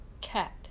cat